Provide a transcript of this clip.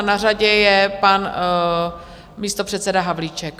Na řadě je pan místopředseda Havlíček.